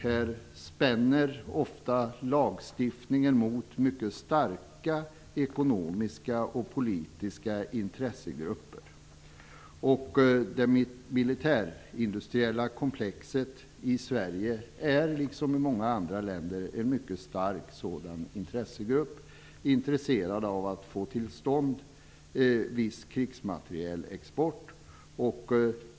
Här spänner ofta lagstiftningen mot mycket starka ekonomiska och politiska intressegrupper. Det militärindustriella komplexet i Sverige är liksom i många andra länder en mycket stark sådan intressegrupp, intresserad av att få till stånd viss krigsmaterielexport.